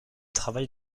travaille